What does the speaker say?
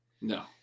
no